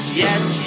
yes